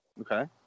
Okay